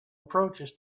approaches